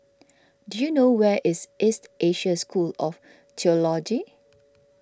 do you know where is East Asia School of theology